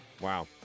Wow